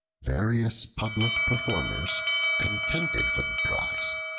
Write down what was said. various public performers contended for the prize.